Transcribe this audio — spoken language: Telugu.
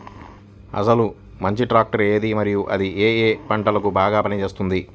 అసలు మంచి ట్రాక్టర్ ఏది మరియు అది ఏ ఏ పంటలకు బాగా పని చేస్తుంది?